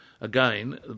Again